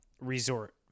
resort